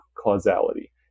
causality